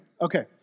Okay